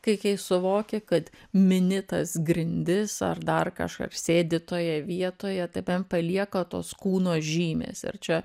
kai kai suvoki kad mini tas grindis ar dar kažką sėdi toje vietoje tai bent palieka tos kūno žymės ir čia